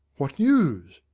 what news?